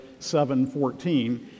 7.14